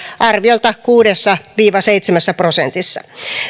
arviolta kuudessa viiva seitsemässä prosentissa